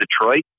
Detroit